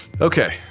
Okay